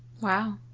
Wow